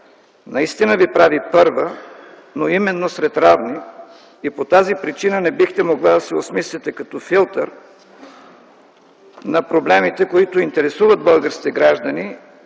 наистина Ви прави първа, но именно сред равни и по тази причина не бихте могла да се осмисляте като филтър на проблемите, които интересуват българските граждани,